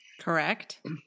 Correct